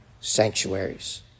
sanctuaries